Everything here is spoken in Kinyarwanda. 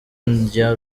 ndya